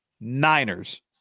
Niners